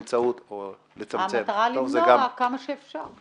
המטרה למנוע כמה שאפשר.